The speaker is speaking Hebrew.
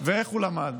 ואיך הוא למד.